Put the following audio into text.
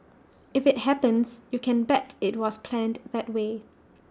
if IT happens you can bet IT was planned that way